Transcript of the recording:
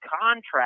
contract